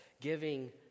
giving